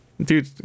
Dude